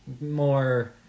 more